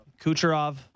Kucherov